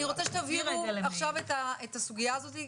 אני רוצה שתבהירו עכשיו את הסוגיה הזאת,